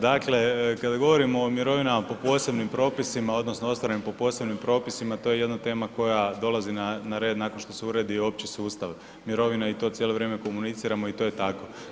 Dakle, kada govorimo o mirovinama po posebnim propisima odnosno ostvarenim po posebnim propisima to je jedna tema koja dolazi na red nakon što se uredi opći sustav mirovina i to cijelo vrijeme komuniciramo i to je tako.